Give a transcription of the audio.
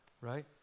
right